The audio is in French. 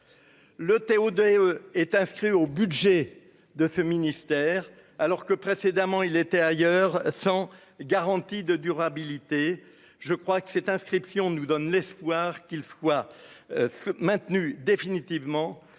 Le TO-DE est inscrit au budget de ce ministère alors que précédemment il était ailleurs, sans garantie de durabilité, je crois que cette inscription nous donne l'espoir qu'il soit maintenu définitivement